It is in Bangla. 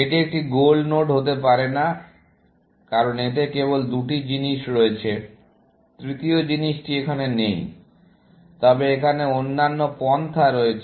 এটি একটি গোল নোড হতে পারে না কারণ এতে কেবল দুটি জিনিস রয়েছে তৃতীয় জিনিসটি এখানে নেই তবে এখানে অন্যান্য পন্থা রয়েছে